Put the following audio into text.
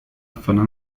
zona